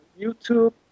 YouTube